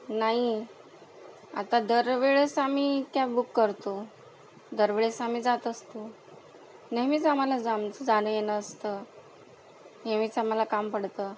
नाही आता दरवेळेस आम्ही कॅब बुक करतो दरवेळेस आम्ही जात असतो नेहमीच आम्हाला जाम जाणं येणं असतं नेहमीच आम्हाला काम पडतं